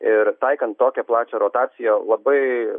ir taikant tokią plačią rotaciją labai